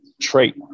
trait